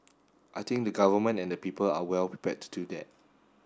I think the Government and the people are well prepared to do that